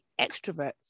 extroverts